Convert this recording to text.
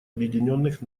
объединенных